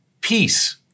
peace